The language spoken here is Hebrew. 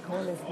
נכון.